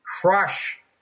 crush